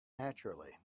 naturally